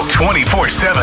24-7